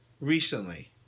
recently